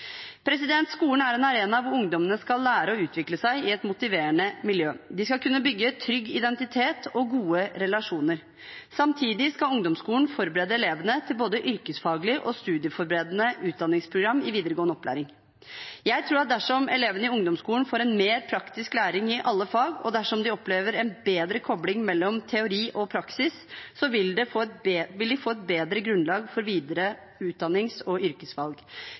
Skolen er en arena hvor ungdommene skal lære og utvikle seg i et motiverende miljø. De skal kunne bygge en trygg identitet og gode relasjoner. Samtidig skal ungdomsskolen forberede elevene til både yrkesfaglig og studieforberedende utdanningsprogram i videregående opplæring. Jeg tror at dersom elevene i ungdomsskolen får mer praktisk læring i alle fag, og dersom de opplever en bedre kobling mellom teori og praksis, vil de få et bedre grunnlag for videre utdannings- og yrkesvalg.